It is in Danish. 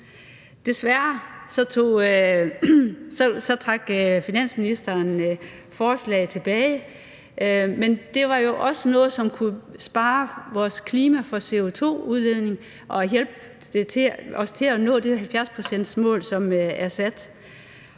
Desværre trak finansministeren forslaget tilbage. Men det var jo også noget, som kunne spare vores klima for CO2-udledning og hjælpe os til at nå det 70-procentsmål, som er sat.